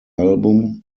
album